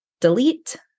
delete